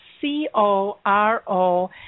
C-O-R-O